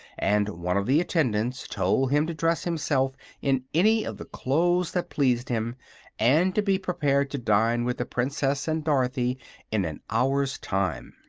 and one of the attendants told him to dress himself in any of the clothes that pleased him and to be prepared to dine with the princess and dorothy in an hour's time.